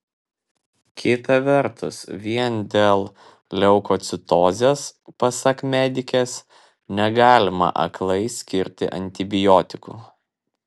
kita vertus vien dėl leukocitozės pasak medikės negalima aklai skirti antibiotikų